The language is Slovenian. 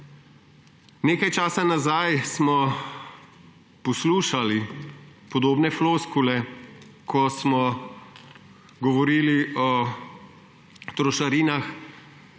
Nekaj časa nazaj smo poslušali podobne floskule, ko smo govorili o trošarinah,